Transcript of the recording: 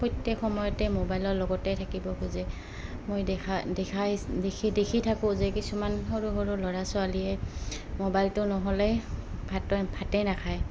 প্ৰত্যেক সময়তে মোবাইলৰ লগতে থাকিব খোজে মই দেখা দেখাই দেখি দেখি থাকোঁ যে কিছুমান সৰু সৰু ল'ৰা ছোৱালীয়ে মোবাইলটো নহ'লে ভাত ভাতেই নাখায়